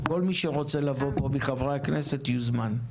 כל מי שרוצה לבוא מחברי הכנסת פה, יוזמן.